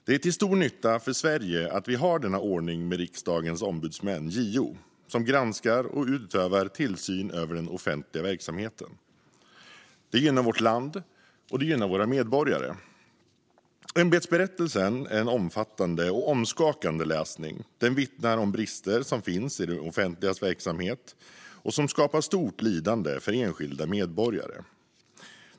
Det är till stor nytta för Sverige att vi har denna ordning med Riksdagens ombudsmän, JO, som granskar och utövar tillsyn över den offentliga verksamheten. Det gynnar vårt land och våra medborgare. Ämbetsberättelsen är en omfattande och omskakande läsning. Den vittnar om brister som finns i det offentligas verksamhet och som skapar stort lidande för enskilda medborgare.